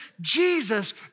Jesus